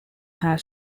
had